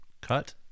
Cut